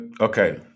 okay